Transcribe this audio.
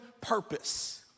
purpose